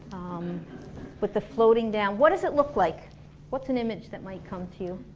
um with the floating down, what does it look like what's an image that might come to you?